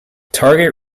target